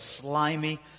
slimy